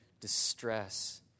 distress